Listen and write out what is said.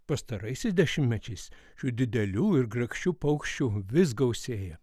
pastaraisiais dešimtmečiais šių didelių ir grakščių paukščių vis gausėja